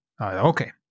Okay